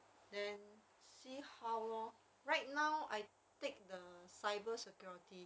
then see how lor right now I take the cybersecurity